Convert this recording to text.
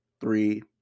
three